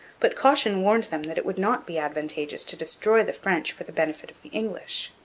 but caution warned them that it would not be advantageous to destroy the french for the benefit of the english.